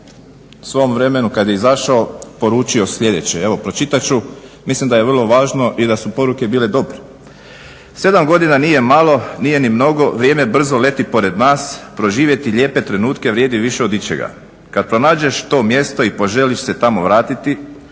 svom vremenu kada je izašao poručio sljedeće, evo pročitat ću. Mislim da je vrlo važno i da su poruke bile dobre.